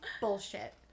bullshit